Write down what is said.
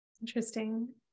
Interesting